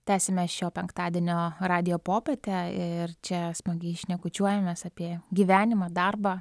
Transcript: tęsiame šio penktadienio radijo popietę ir čia smagiai šnekučiuojamės apie gyvenimą darbą